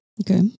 Okay